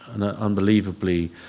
unbelievably